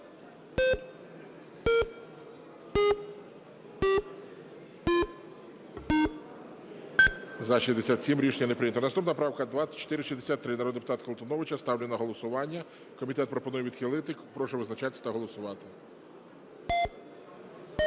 За-67 Рішення не прийнято. Наступна правка – 2463, народного депутата Колтуновича. Ставлю на голосування. Комітет пропонує відхилити. Прошу визначатися та голосувати.